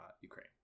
Ukraine